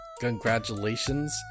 Congratulations